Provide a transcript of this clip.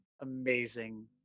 amazing